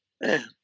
Man